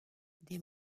des